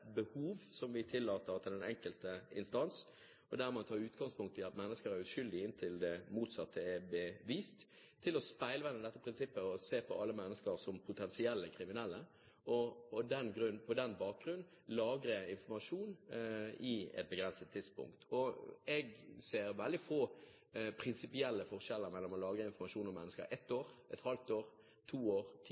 behov og gir tillatelser til den enkelte instans og tar utgangspunkt i at mennesker er uskyldige inntil det motsatte er bevist, til å speilvende dette prinsippet til å se på alle mennesker som potensielle kriminelle og på den bakgrunn lagre informasjon i et begrenset tidsrom. Jeg ser veldig få prinsipielle forskjeller mellom å lagre informasjon om mennesker i ett år, et halvt år, to år,